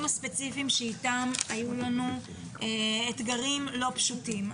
הספציפיים שאיתם היו לנו אתגרים לא פשוטים.